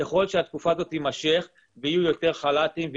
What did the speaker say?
ככל שהתקופה הזאת תימשך ויהיו יותר חלת"ים,